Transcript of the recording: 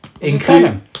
including